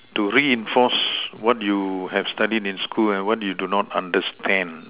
to reinforce what you have studied in school and what you do not understand